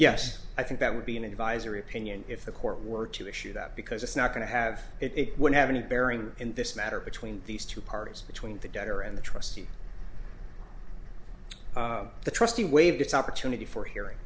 yes i think that would be an advisory opinion if the court were to issue that because it's not going to have it would have any bearing in this matter between these two parties between the debtor and the trustee the trustee waived its opportunity for hearing